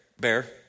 bear